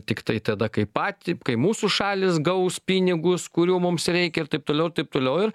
tiktai tada kai patį kai mūsų šalys gaus pinigus kurių mums reikia ir taip toliau ir taip toliau ir